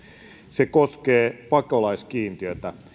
se koskee pakolaiskiintiötä